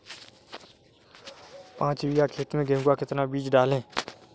पाँच बीघा खेत में गेहूँ का कितना बीज डालें?